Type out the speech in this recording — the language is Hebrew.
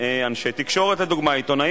אני מקפיד לשאול,